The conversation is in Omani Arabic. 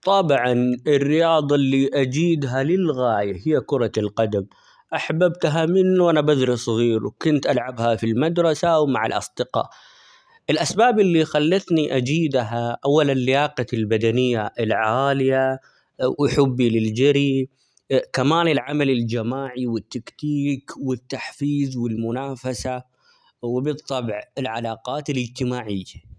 طبعًا الرياضة اللي أجيدها للغاية هي كرة القدم ،أحببتها من وأنا بذر صغير ،وكنت ألعبها في المدرسة ،ومع الأصدقاء ، الأسباب اللي خلتني أجيدها ،أولًا لياقتي البدنية العالية، وحبي للجري كمان العمل الجماعي والتكتيك ،والتحفيز ، والمنافسة ،وبالطبع العلاقات الإجتماعية.